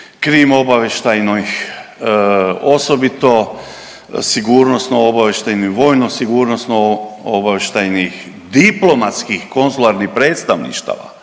krim-obavještajnoj osobito sigurnosno-obavještajnoj, vojno-sigurnosno obavještajnih, diplomatskih konzularnih predstavništava.